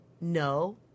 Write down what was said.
No